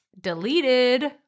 deleted